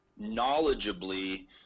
knowledgeably